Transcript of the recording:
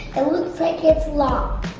it looks like it's locked.